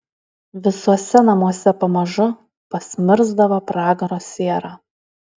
visuose namuose pamažu pasmirsdavo pragaro siera